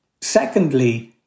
secondly